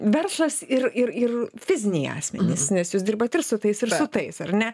verslas ir ir ir fiziniai asmenys nes jūs dirbat ir su tais ir su tais ar ne